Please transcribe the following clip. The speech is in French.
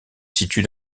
situe